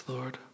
Lord